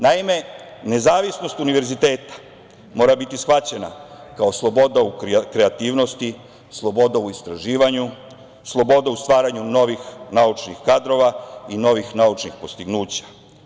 Naime, nezavisnost univerziteta mora biti shvaćena kao sloboda u kreativnosti, sloboda u istraživanju, sloboda u stvaranju naučnih kadrova i novih naučnih postignuća.